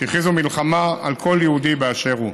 שהכריזו מלחמה על כל יהודי באשר הוא.